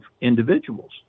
individuals